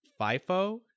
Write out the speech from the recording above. FIFO